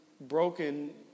broken